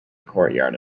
courtyard